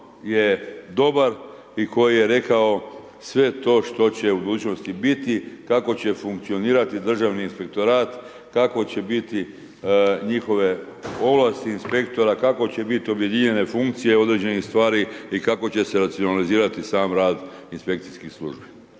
je dobar i koji je rekao sve to što će u budućnosti biti, kako će funkcionirati Državni inspektorat, kako će biti njihove ovlasti inspektora, kako će biti objedinjene funkcije određenih stvari i kako će se racionalizirati sam rad inspekcijskih službi.